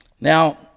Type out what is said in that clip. Now